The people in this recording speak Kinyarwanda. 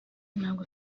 ntabwo